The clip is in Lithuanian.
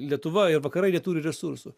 lietuva ir vakarai neturi resursų